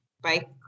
bike